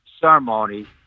ceremony